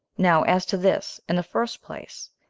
now, as to this, in the first place,